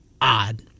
odd